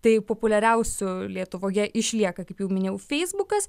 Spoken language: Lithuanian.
tai populiariausiu lietuvoje išlieka kaip jau minėjau feisbukas